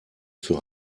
für